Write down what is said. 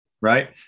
Right